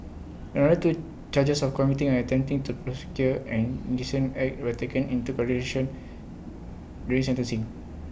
another two charges of committing and attempting to procure an indecent act were taken into consideration during sentencing